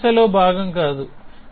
ఇది భాషలో భాగం కాదు